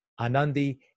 Anandi